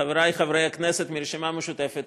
חברי חברי הכנסת מהרשימה המשותפת,